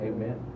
Amen